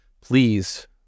please